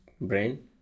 brain